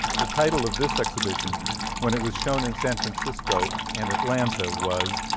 the title of this exhibition when it was shown in san francisco and atlanta was,